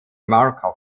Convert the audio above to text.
markov